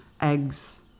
eggs